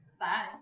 Bye